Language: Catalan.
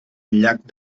llac